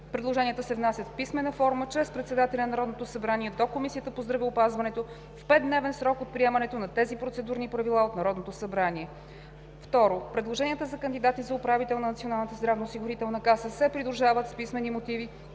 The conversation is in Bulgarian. Предложенията се внасят в писмена форма чрез председателя на Народното събрание до Комисията по здравеопазването в 5-дневен срок от приемането на тези процедурни правила от Народното събрание. 2. Предложенията за кандидат за управител на Националната